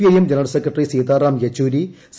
IM general secretary Sitaram Yechury C